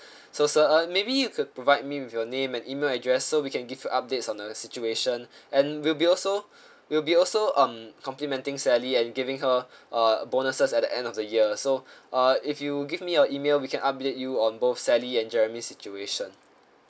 so sir uh maybe you could provide me with your name and email address so we can give you updates on the situation and we'll be also we'll be also um complimenting sally and giving her uh bonuses at the end of the year so uh if you give me your email we can update you on both sally and jeremy's situation